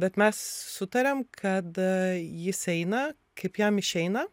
bet mes sutariam kad jis eina kaip jam išeina